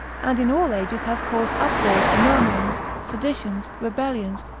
and in all ages hath caused uproars, murmurings, seditions, rebellions,